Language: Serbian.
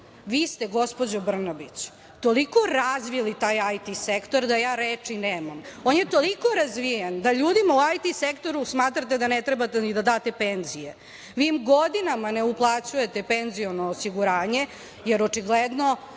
ste, gospođo Brnabić, toliko razvili taj IT sektor da ja reči nemam. On je toliko razvijen da ljudima u IT sektoru smatrate da ne trebate ni da date penzije. Vi im godinama ne uplaćujete penziono osiguranje, jer očigledno